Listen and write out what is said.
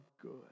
good